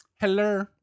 Hello